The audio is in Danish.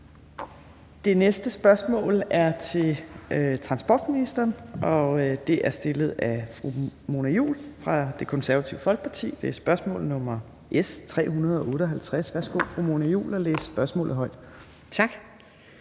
Det næste spørgsmål er til transportministeren, og det er stillet af fru Mona Juul fra Det Konservative Folkeparti. Det er spørgsmål nr. S 358. Kl. 15:07 Spm. nr.